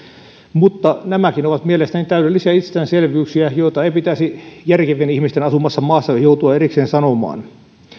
mutta nämäkin ovat mielestäni täydellisiä itsestäänselvyyksiä joita ei pitäisi järkevien ihmisten asumassa maassa joutua erikseen sanomaan